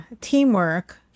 Teamwork